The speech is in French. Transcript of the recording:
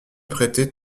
prêter